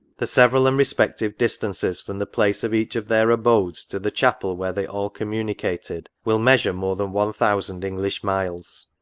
the several and respec tive distances from the place of each of their abodes to the chapel where they all communicated, will measure more than one thousand english miles.